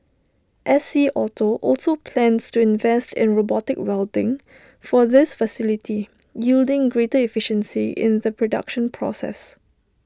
S C auto also plans to invest in robotic welding for this facility yielding greater efficiency in the production process